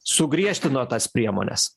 sugriežtino tas priemones